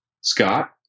Scott